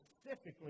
specifically